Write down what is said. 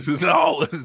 No